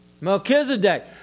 Melchizedek